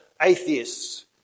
atheists